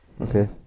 okay